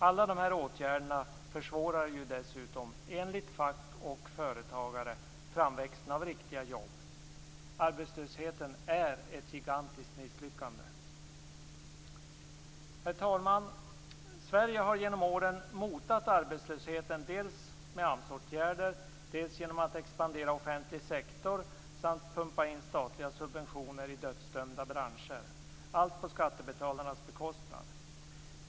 Alla dessa åtgärder försvårar dessutom, enligt fack och företagare, framväxten av riktiga jobb. Arbetslösheten är ett gigantiskt misslyckande. Herr talman! Sverige har genom åren motat arbetslösheten dels med AMS-åtgärder, dels genom att expandera offentlig sektor samt pumpa in statliga subventioner i dödsdömda branscher, allt på skattebetalarnas bekostnad.